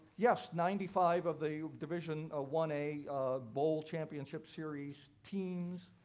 yes, ninety five of the division ah one a bowl championship series teams